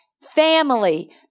Family